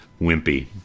Wimpy